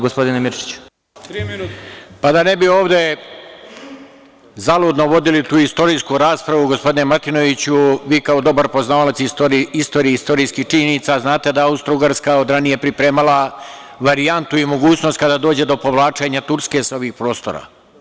Da ne bi ovde zaludno vodili tu istorijsku raspravu, gospodine Martinoviću, vi kao dobar poznavalac istorije i istorijskih činjenica znate da Austrougarska od ranije pripremala varijantu i mogućnost kada dođe do povlačenja Turske sa ovih prostora.